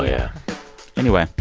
yeah anyway,